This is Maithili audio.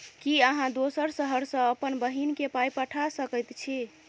की अहाँ दोसर शहर सँ अप्पन बहिन केँ पाई पठा सकैत छी?